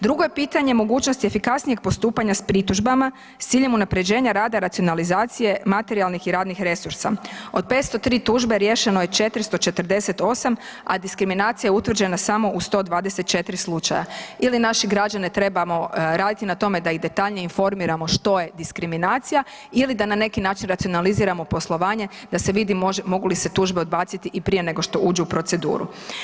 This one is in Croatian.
Drugo je pitanje mogućnost efikasnijeg postupanja s pritužbama s ciljem unapređenja rada, racionalizacije, materijalnih i radnih resursa, od 503 tužbe riješeno je 448, a diskriminacija je utvrđena samo u 124 slučaja, ili naše građane trebamo raditi na tome da ih detaljnije informiramo što je diskriminacija ili da na neki način racionaliziramo poslovanje da se vidi mogu li se tužbe odbaciti i prije nego što uđu u proceduru.